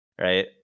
right